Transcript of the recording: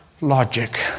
logic